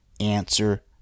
answer